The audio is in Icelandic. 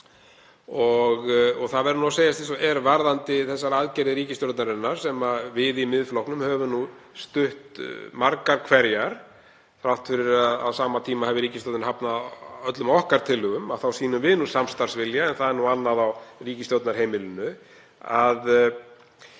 Það verður að segjast eins og er varðandi þessar aðgerðir ríkisstjórnarinnar, sem við í Miðflokknum höfum stutt margar hverjar — þrátt fyrir að á sama tíma hafi ríkisstjórnin hafnað öllum okkar tillögum þá sýnum við samstarfsvilja, en það er nú annað á ríkisstjórnarheimilinu — að